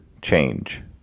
change